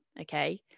Okay